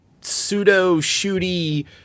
pseudo-shooty